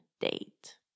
date